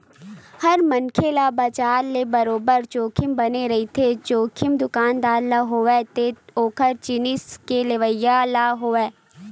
हर मनखे ल बजार ले बरोबर जोखिम बने रहिथे, जोखिम दुकानदार ल होवय ते ओखर जिनिस के लेवइया ल होवय